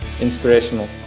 Inspirational